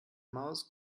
maus